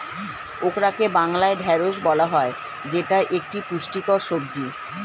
ওকরাকে বাংলায় ঢ্যাঁড়স বলা হয় যেটা একটি পুষ্টিকর সবজি